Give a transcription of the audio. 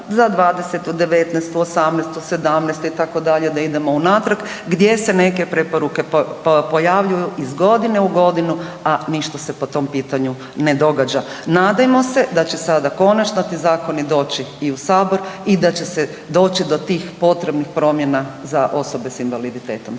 za '20., '19., '18., '17. itd. da idemo unatrag gdje se neke preporuke pojavljuju iz godine u godinu, a ništa se po tom pitanju ne događa. Nadajmo se da će sada konačno ti zakoni doći i u Sabor i da će se doći do tih potrebnih promjena za osobe s invaliditetom.